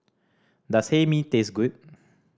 does Hae Mee taste good